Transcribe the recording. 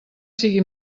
sigui